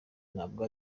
ntabwo